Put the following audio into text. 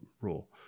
rule